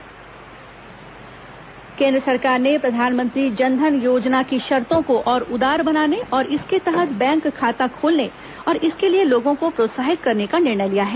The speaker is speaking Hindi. जन धन योजना केन्द्र सरकार ने प्रधानमंत्री जन धन योजना की शर्तों को और उदार बनाने तथा इसके तहत बैंक खाता खोलने और इसके लिए लोगों को प्रोत्साहित करने का निर्णय लिया है